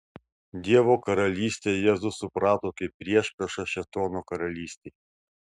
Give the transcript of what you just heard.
dievo karalystę jėzus suprato kaip priešpriešą šėtono karalystei